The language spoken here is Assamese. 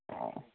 অঁ অঁ